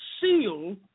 sealed